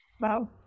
Wow